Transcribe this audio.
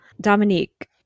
Dominique